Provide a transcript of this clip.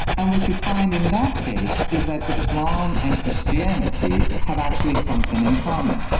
and what you find in that case is that islam and christianity have actually something in common.